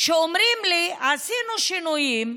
שאומרים לי: עשינו שינויים,